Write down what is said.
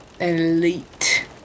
Elite